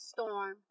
Storm